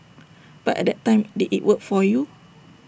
but at that time did IT work for you